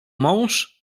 mąż